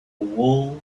wool